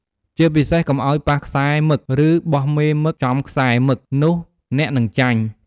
ជាពិសេសកុំអោយប៉ះខ្សែរមឹក ឬបោះមេមឹកចំខ្សែរមឹកនោះអ្នកនឹងចាញ់។